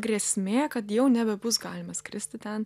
grėsmė kad jau nebebus galima skristi ten